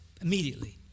immediately